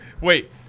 Wait